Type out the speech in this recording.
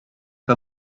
pas